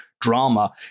drama